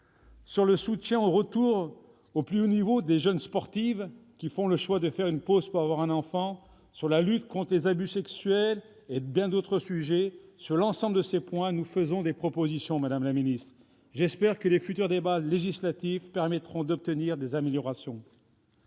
le soutien au retour au plus haut niveau des jeunes sportives qui font le choix de faire une pause pour avoir un enfant, la lutte contre les abus sexuels et sur bien d'autres sujets, nous faisons des propositions, madame la ministre. J'espère que les futurs débats législatifs permettront d'obtenir des améliorations.